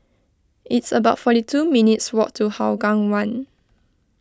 it's about forty two minutes' walk to Hougang one